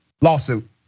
Lawsuit